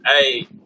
Hey